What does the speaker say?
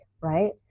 right